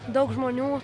daug žmonių